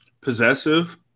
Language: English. possessive